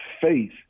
faith